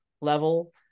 level